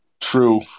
True